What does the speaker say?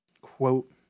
quote